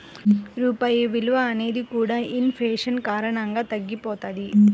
రూపాయి విలువ అనేది కూడా ఇన్ ఫేషన్ కారణంగా తగ్గిపోతది